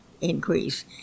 increase